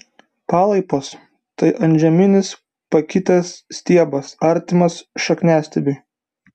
palaipos tai antžeminis pakitęs stiebas artimas šakniastiebiui